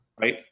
right